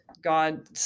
God